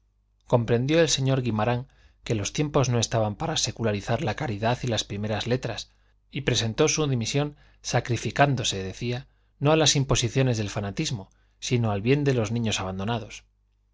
comprendió el señor guimarán que los tiempos no estaban para secularizar la caridad y las primeras letras y presentó su dimisión sacrificándose decía no a las imposiciones del fanatismo sino al bien de los niños abandonados